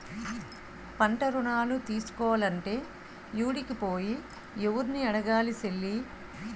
పంటరుణాలు తీసుకోలంటే యాడికి పోయి, యెవుర్ని అడగాలి సెల్లీ?